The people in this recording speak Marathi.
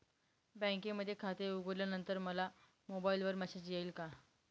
बँकेमध्ये खाते उघडल्यानंतर मला मोबाईलवर मेसेज येईल का?